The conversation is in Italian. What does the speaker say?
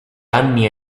anni